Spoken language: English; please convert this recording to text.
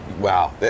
Wow